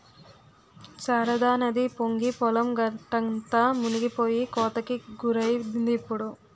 శారదానది పొంగి పొలం గట్టంతా మునిపోయి కోతకి గురైందిప్పుడు